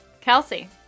Kelsey